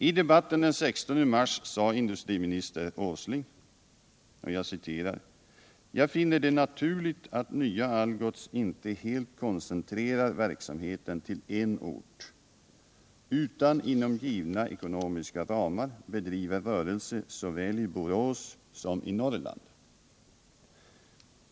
I debatten den 16 mars sade industriminister Åsling aut han ”finner det naturligt att Nya Algots inte helt koncentrerar verksamheten till er ort, utan inom givna ekonomiska ramar bedriver rörelse såväl i Borås som i Norrland”.